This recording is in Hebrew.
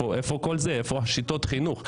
איפה שיטות החינוך?